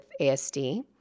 ASD